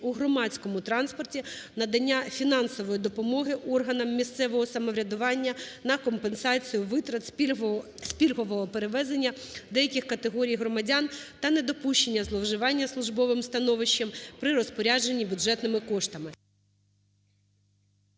у громадському транспорті, надання фінансової допомоги органам місцевого самоврядування на компенсацію витрат з пільгового перевезення деяких категорій громадян та недопущення зловживання службовим становищем при розпорядженні бюджетними коштами.